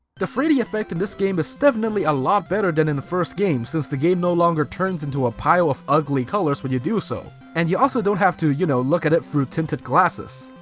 the three d effect in this game is definitely a lot better than in the first game, since the game no longer turns into a pile of ugly colors when you do so, and you also don't have to, you know, look at it through tinted glasses.